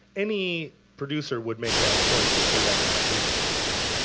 any producer would make that choice if he had matt chamberlain's number,